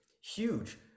huge